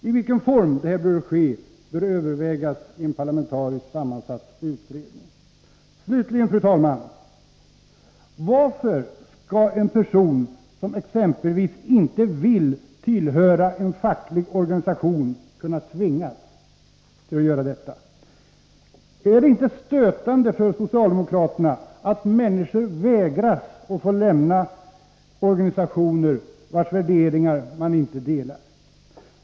I vilken form detta skall ske bör övervägas i en parlamentariskt sammansatt utredning. Slutligen, fru talman! Varför skall en person som exempelvis inte vill tillhöra facklig organisation kunna tvingas till detta? Är det inte stötande för socialdemokraterna att människor vägras lämna organisationer, vilkas värderingar de inte delar?